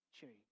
change